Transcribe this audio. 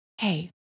hey